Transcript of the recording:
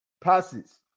passes